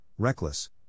Reckless